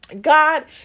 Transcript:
god